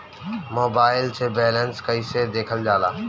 Mobile से balance कइसे देखल जाला?